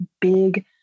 big